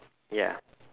ya